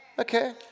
okay